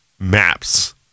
Maps